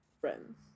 friends